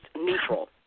neutral